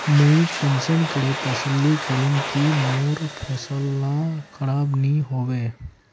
मुई कुंसम करे तसल्ली करूम की मोर फसल ला खराब नी होबे?